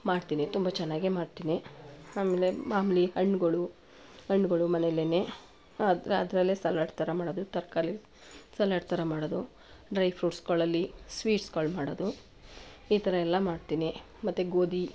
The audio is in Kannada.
ಮಾಡ್ತೀನಿ ತುಂಬ ಚೆನ್ನಾಗೆ ಮಾಡ್ತೀನಿ ಆಮೇಲೆ ಮಾಮೂಲಿ ಹಣ್ಗಳು ಹಣ್ಗಳು ಮನೇಲೆ ಅದರಲ್ಲೇ ಸಲಾಡ್ ಥರ ಮಾಡೋದು ತರಕಾರಿ ಸಲಾಡ್ ಥರ ಮಾಡೋದು ಡ್ರೈ ಫ್ರೂಟ್ಸ್ಗಳಲ್ಲಿ ಸ್ವೀಟ್ಸ್ಗಳು ಮಾಡೋದು ಈ ಥರ ಎಲ್ಲ ಮಾಡ್ತೀನಿ ಮತ್ತು ಗೋಧಿ